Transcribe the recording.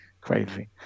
Crazy